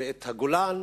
ואת הגולן